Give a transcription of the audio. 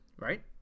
Right